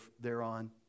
thereon